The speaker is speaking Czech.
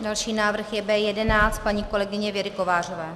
Další návrh je B11 paní kolegyně Věry Kovářové.